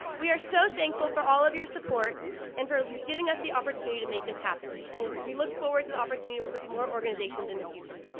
we are so thankful for all of your support and for giving us the opportunity to make this happen and we look forward to the opportunity with with more organizations in the future.